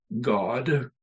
God